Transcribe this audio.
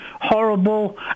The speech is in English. horrible